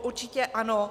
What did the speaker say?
Určitě ano.